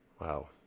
wow